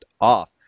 off